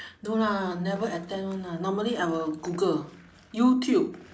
no lah never attend [one] lah normally I will google youtube